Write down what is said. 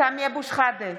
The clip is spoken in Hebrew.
סמי אבו שחאדה,